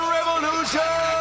Revolution